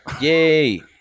Yay